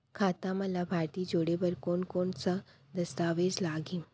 खाता म लाभार्थी जोड़े बर कोन कोन स दस्तावेज लागही?